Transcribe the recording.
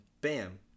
bam